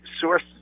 source